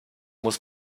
muss